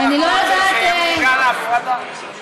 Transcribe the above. לכן אנחנו רוצים שתהיה מאורגנת ההפרדה.